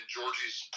Georgie's